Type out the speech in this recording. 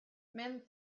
men